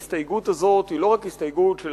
ההסתייגות הזאת היא לא רק הסתייגות של